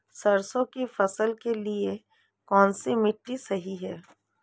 सरसों की फसल के लिए कौनसी मिट्टी सही हैं?